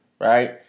right